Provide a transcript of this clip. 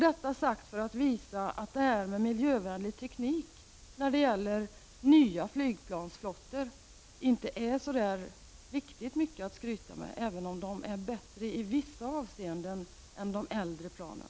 Detta sagt för att visa att den miljövänliga tekniken inom nya flygplansflottor inte är så speciellt mycket att skryta med, även om den i vissa avseenden är bättre än i de äldre planen.